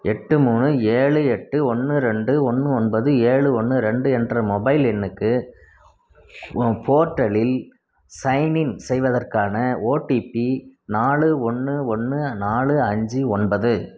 எட்டு மூணு ஏழு எட்டு ஒன்று ரெண்டு ஒன்று ஒன்பது ஏழு ஒன்று ரெண்டு என்ற மொபைல் எண்ணுக்கு போர்ட்டலில் சைன்இன் செய்வதற்கான ஓடிபி நாலு ஒன்று ஒன்று நாலு அஞ்சு ஒன்பது